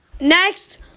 Next